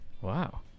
Wow